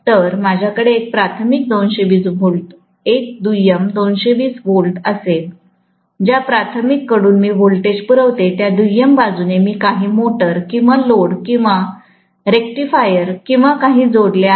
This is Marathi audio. तर माझ्याकडे एक प्राथमिक 220V एक दुय्यम 220V असेल ज्या प्राथमिक कडून मी व्होल्टेज पुरवते त्या दुय्यम बाजूने मी काही मोटर किंवा लोड किंवा रेक्टिफायर किंवा काही जोडले आहे